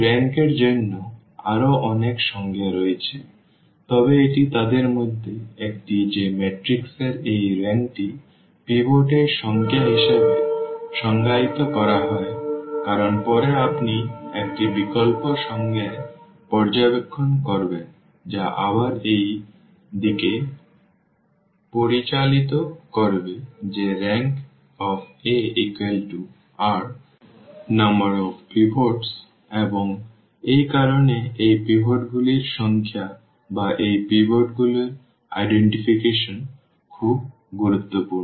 এই রেংক এর জন্য আরও অনেক সংজ্ঞা রয়েছে তবে এটি তাদের মধ্যে একটি যে ম্যাট্রিক্স এর এই রেংকটি পিভট এর সংখ্যা হিসাবে সংজ্ঞায়িত করা হয় কারণ পরে আপনি একটি বিকল্প সংজ্ঞায় পর্যবেক্ষণ করবেন যা আবার এই দিকে পরিচালিত করবে যে Rank r এবং এই কারণেই এই পিভটগুলির সংখ্যা বা এই পিভটগুলির সনাক্তকরণ খুব গুরুত্বপূর্ণ